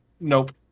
Nope